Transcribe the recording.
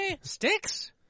Sticks